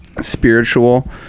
spiritual